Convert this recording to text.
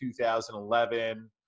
2011